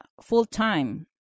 full-time